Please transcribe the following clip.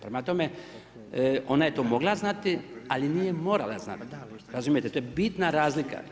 Prema tome, ona je to mogla znati ali nije morala znati, razumijete, to je bitna razlika.